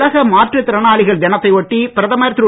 உலக மாற்றுத் திறனாளிகள் தினத்தை ஒட்டி பிரதமர் திரு